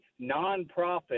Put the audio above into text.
nonprofit